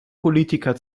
politiker